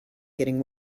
getting